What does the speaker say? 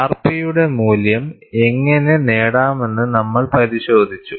rpയുടെ മൂല്യം എങ്ങനെ നേടാമെന്ന് നമ്മൾ പരിശോധിച്ചു